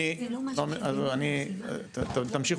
אני חושב